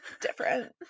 different